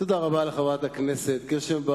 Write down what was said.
תודה רבה לחברת הכנסת קירשנבאום.